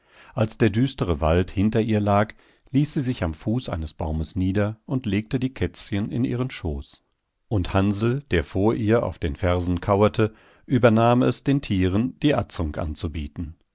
als der düstere wald hinter ihr lag ließ sie sich am fuß eines baumes nieder und legte die kätzchen in ihren schoß und hansl der vor ihr auf den fersen kauerte übernahm es den tieren die atzung anzubieten